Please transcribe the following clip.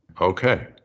Okay